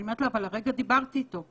אני אומרת לה שהרגע דיברתי איתו,